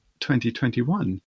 2021